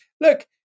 look